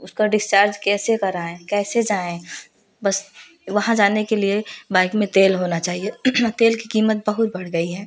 उसका डिस्चार्ज कैसे कराऍं कैसे जाऍं बस वहाँ जाने के लिए बाइक में तेल होना चाहिए तेल की कीमत बहुत बढ़ गई है